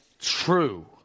true